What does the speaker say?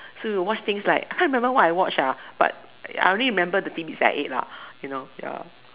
so we will watch like can't remember what I watched lah but I only remember the things that I ate lah you know ya